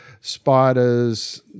spiders